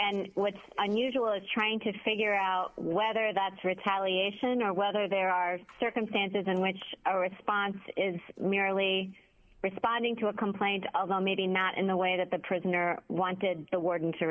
and what unusual trying to figure out whether that's retaliation or whether there are circumstances in which our response is merely responding to a complaint although maybe not in the way that the prisoner wanted the warden to